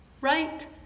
right